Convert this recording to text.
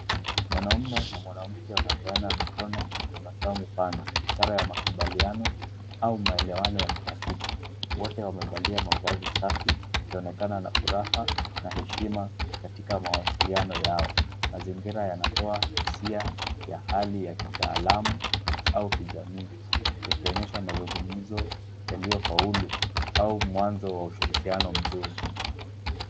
Mwanamume na mwanamke wanapeana mikono kwa tabasamu sana ishara ya makubaliano au maelewano ya kirafiki. Wote wamevalia mavazi safi, wakionekana na furaha na heshima katika mawasiliano yao. Mazingira yanatoa hisia ya hali ya kitaalamu au kijamii. Ikionyesha mazungumzo yaliyo faulu au mwanzo wa ushirikiano mzuri